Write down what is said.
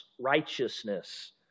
righteousness